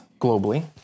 globally